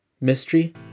mystery